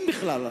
אם בכלל,